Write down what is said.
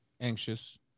anxious